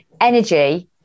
energy